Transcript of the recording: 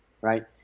right